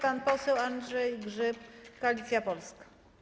Pan poseł Andrzej Grzyb, Koalicja Polska.